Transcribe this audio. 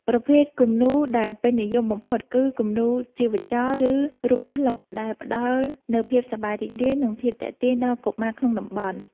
ប្រភេទគំនូរដែលពេញនិយមបំផុតគឺ គំនូរជីវចល ឬរូបត្លុក ដែលផ្ដល់នូវភាពសប្បាយរីករាយ និងភាពទាក់ទាញដល់កុមារក្នុងតំបន់។